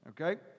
Okay